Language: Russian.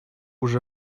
уже